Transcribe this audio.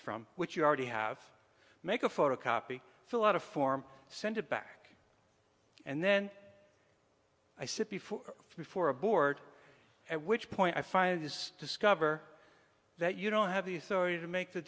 from which you already have make a photocopy fill out a form send it back and then i sit before before a board at which point i find it is discover that you don't have the authority to make the